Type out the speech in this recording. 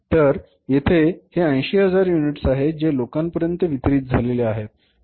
तर येथे हे 80000 युनिट्स आहेत जे लोकांपर्यंत वितरीत झालेले आहेत